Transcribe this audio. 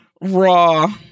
raw